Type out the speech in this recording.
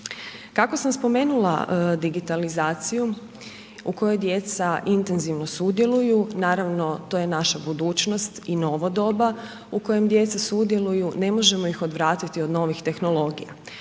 Kako sam spomenula digitalizaciju u kojoj djeca intenzivno sudjeluju, naravno to je naša budućnost i novo doba u kojem djeca sudjeluju, ne možemo ih odvratiti od novih tehnologija